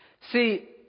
See